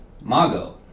Mago